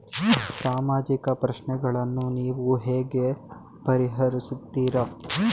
ಸಾಮಾಜಿಕ ಪ್ರಶ್ನೆಗಳನ್ನು ನೀವು ಹೇಗೆ ಪರಿಹರಿಸುತ್ತೀರಿ?